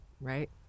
Right